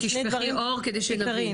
אולי תשפכי לנו אור כדי שנבין.